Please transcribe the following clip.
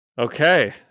Okay